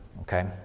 okay